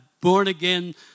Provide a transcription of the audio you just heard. born-again